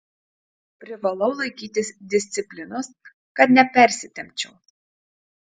privalau laikytis disciplinos kad nepersitempčiau